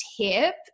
tip